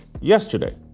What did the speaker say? Yesterday